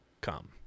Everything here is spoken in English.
come